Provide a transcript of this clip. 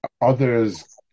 others